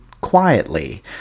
quietly